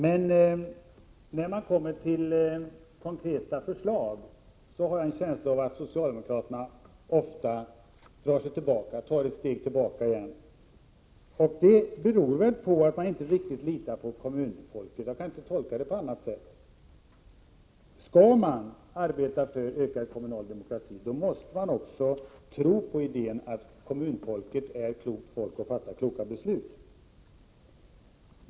Men när man kommer till konkreta förslag har jag en å känsla av att socialdemokraterna ofta tar ett steg tillbaka. Det beror väl på att bidrag myra man inte riktigt litar på kommunalpolitikerna. Jag kan inte tolka det på annat sätt. Skall man arbeta för ökad kommunal demokrati, måste man också tro på att kommunalpolitikerna är klokt folk som fattar kloka beslut.